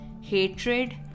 hatred